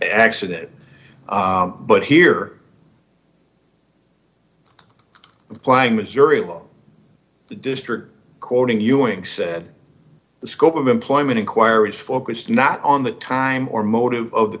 accident but here applying missouri law the district court in ewing said the scope of employment inquiries focused not on the time or motive of the